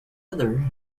other